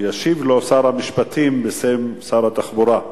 ישיב לו שר המשפטים בשם שר התחבורה,